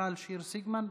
1142,